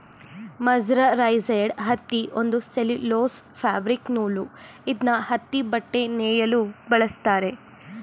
mercerised ಹತ್ತಿ ಒಂದು cellulose fabric ನೂಲು ಇದ್ನ ಹತ್ತಿಬಟ್ಟೆ ನೇಯಲು ಬಳಸ್ತಾರೆ